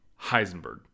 Heisenberg